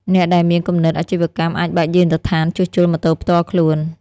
អ្នកដែលមានគំនិតអាជីវកម្មអាចបើកយានដ្ឋានជួសជុលម៉ូតូផ្ទាល់ខ្លួន។